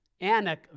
Anak